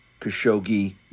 Khashoggi